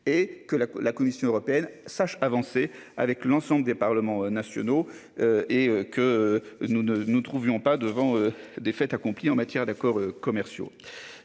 et que la, la Commission européenne sache avancer avec l'ensemble des parlements nationaux. Et que nous ne nous trouvions pas devant défaite accompli en matière d'accords commerciaux.